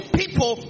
people